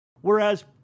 Whereas